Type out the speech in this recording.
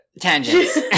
tangents